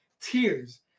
Tears